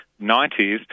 90s